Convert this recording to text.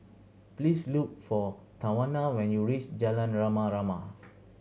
please look for Tawanna when you reach Jalan Rama Rama